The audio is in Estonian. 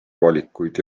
valikuid